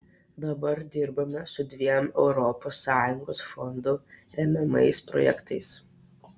dabar dirbame su dviem europos sąjungos fondų remiamais projektais